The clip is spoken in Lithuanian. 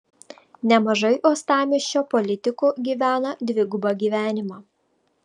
nemažai uostamiesčio politikų gyvena dvigubą gyvenimą